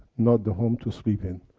not the home to sleep in.